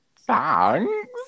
Thanks